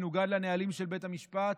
מנוגד לנהלים של בית המשפט,